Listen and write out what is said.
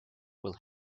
will